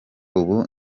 ubu